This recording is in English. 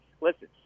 Listen